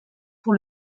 pour